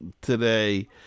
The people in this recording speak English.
today